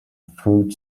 fruit